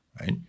right